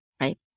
Right